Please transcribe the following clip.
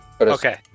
Okay